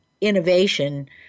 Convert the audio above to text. innovation